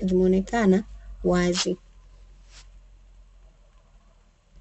zimeonekana wazi.